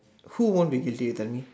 who won't be guilty you tell me